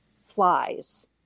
flies